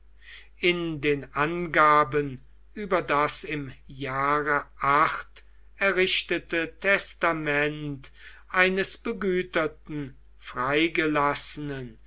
in den angaben über das im jahre errichtete testament eines begüterten freigelassenen